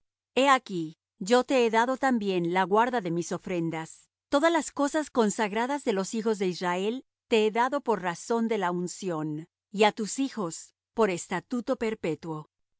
he aquí yo te he dado también la guarda de mis ofrendas todas las cosas consagradas de los hijos de israel te he dado por razón de la unción y á tus hijos por estatuto perpetuo